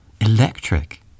electric